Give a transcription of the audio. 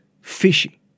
fishy